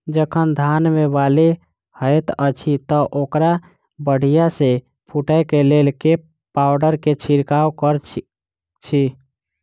जखन धान मे बाली हएत अछि तऽ ओकरा बढ़िया सँ फूटै केँ लेल केँ पावडर केँ छिरकाव करऽ छी?